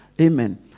Amen